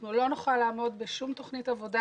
אנחנו לא נוכל לעמוד בשום תוכנית עבודה,